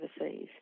overseas